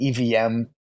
evm